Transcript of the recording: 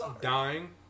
dying